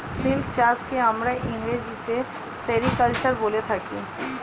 silk চাষকে আমরা ইংরেজিতে সেরিকালচার বলে থাকি